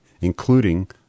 including